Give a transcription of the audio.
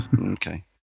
okay